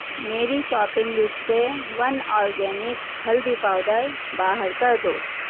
میری shopping list سے one organic ہلدی پاؤڈر باہر کر دو